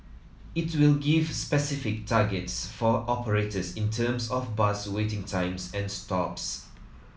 it will give specific targets for operators in terms of bus waiting times at stops